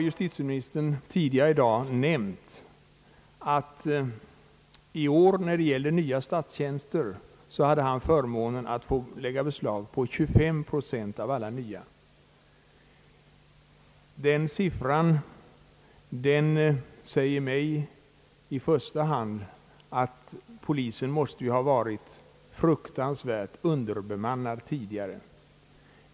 Justitieministern har tidigare i dag nämnt att han i år hade förmånen att få lägga beslag på 25 procent av alla nya statstjänster. Den siffran säger mig i första hand att polisen måste ha varit fruktansvärt underbemannad tidigare.